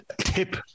tip